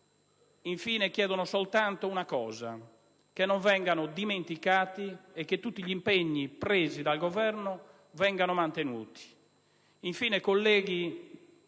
oggi chiedono soltanto una cosa: che non vengano dimenticati, che tutti gli impegni assunti dal Governo vengano mantenuti.